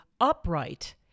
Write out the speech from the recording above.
upright